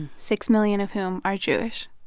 six million of whom are jewish.